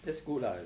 that's good lah